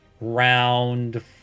round